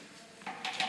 נתקבלה.